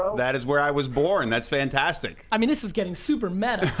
that is where i was born, that's fantastic. i mean, this is getting super meta.